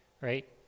right